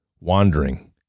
wandering